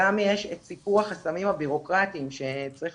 גם יש סיפור החסמים הבירוקרטיים שצריך